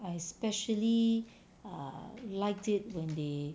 I especially err liked it when they